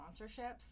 sponsorships